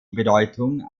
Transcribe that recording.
bedeutung